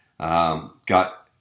Got